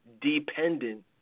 dependent